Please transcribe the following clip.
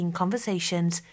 conversations